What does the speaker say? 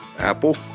apple